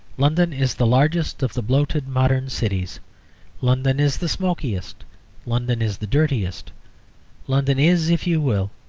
london is the largest of the bloated modern cities london is the smokiest london is the dirtiest london is, if you will,